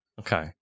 Okay